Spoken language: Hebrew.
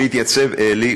והתייצב אלי,